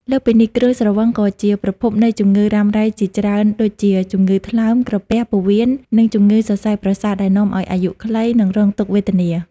លើសពីនេះ គ្រឿងស្រវឹងក៏ជាប្រភពនៃជំងឺរ៉ាំរ៉ៃជាច្រើនដូចជា ជំងឺថ្លើម ក្រពះ ពោះវៀន និងជំងឺសរសៃប្រសាទ ដែលនាំឲ្យអាយុខ្លី និងរងទុក្ខវេទនា។